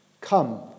Come